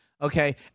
okay